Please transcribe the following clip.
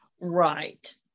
Right